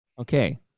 Okay